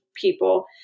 people